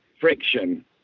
friction